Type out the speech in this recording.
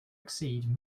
exceed